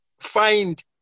find